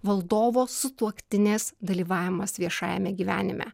valdovo sutuoktinės dalyvavimas viešajame gyvenime